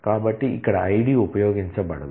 కాబట్టి ఇక్కడ ID ఉపయోగించబడదు